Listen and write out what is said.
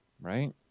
Right